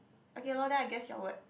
okay [lorh] then I guess your word